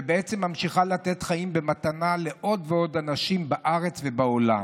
ובעצם ממשיכה לתת חיים במתנה לעוד ועוד אנשים בארץ ובעולם.